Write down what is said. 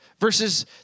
versus